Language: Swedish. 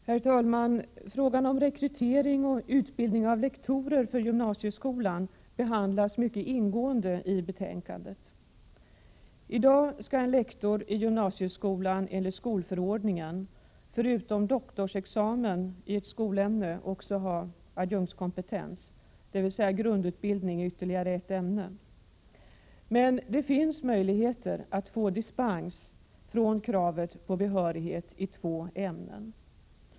Herr talman! Frågan om rekrytering och utbildning av lektorer för gymnasieskolan behandlas mycket ingående i betänkandet. I dag skall en lektor i gymnasieskolan enligt skolförordningen förutom doktorsexamen i ett skolämne också ha adjunktskompetens, dvs. grundutbildning i ytterligare ett ämne. Men det finns möjligheter att få dispens från kravet på behörighet i två ämnen.